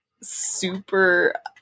super